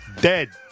Dead